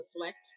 reflect